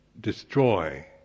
destroy